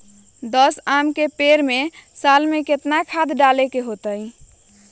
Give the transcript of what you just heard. दस आम के पेड़ में साल में केतना खाद्य डाले के होई?